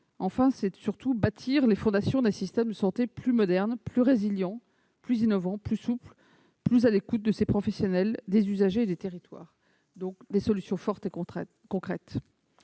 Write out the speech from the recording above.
2022 et, surtout, de bâtir les fondations d'un système de santé plus moderne, plus résilient, plus innovant, plus souple, plus à l'écoute de ses professionnels, des usagers et des territoires- des solutions fortes et concrètes,